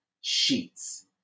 sheets